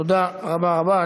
תודה, רבה רבה.